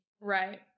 Right